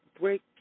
break